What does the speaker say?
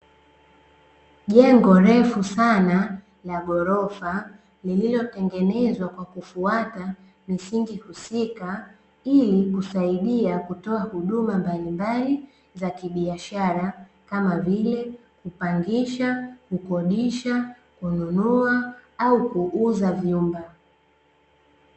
Jengo refu sana la ghorofa lililotengenezwa kwa kufuata misingi husika, ili kusaidia kutoa huduma mbalimbali za kibiashara kama vile: kupangisha, kukodisha, kununua, au kuuza vyumba.